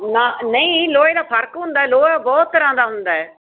ਨਾ ਨਹੀਂ ਲੋਹੇ ਦਾ ਫਰਕ ਹੁੰਦਾ ਲੋਹਾ ਬਹੁਤ ਤਰ੍ਹਾਂ ਦਾ ਹੁੰਦਾ